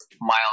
Miles